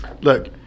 Look